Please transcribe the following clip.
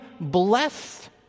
blessed